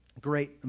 Great